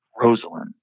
Rosalind